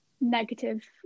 negative